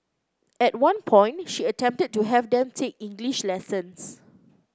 at one point she attempted to have them take English lessons